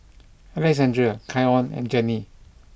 Alexandra Keion and Jenny